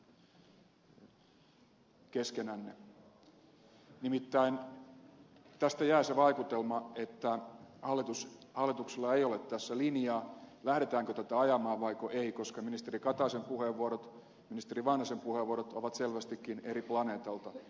nimittäin tästä jää se vaikutelma että hallituksella ei ole tässä linjaa lähdetäänkö tätä ajamaan vaiko ei koska ministeri kataisen puheenvuorot ja pääministeri vanhasen puheenvuorot ovat selvästikin eri planeetalta